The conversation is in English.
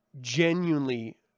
genuinely